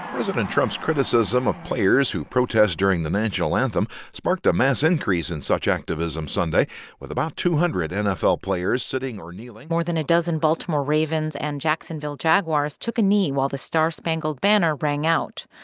president trump's criticism of players who protest during the national anthem sparked a mass increase in such activism sunday with about two hundred nfl players sitting or kneeling more than a dozen baltimore ravens and jacksonville jaguars took a knee while the star-spangled banner rang out.